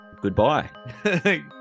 Goodbye